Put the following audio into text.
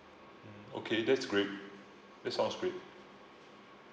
okay that's great that sounds great